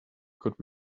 could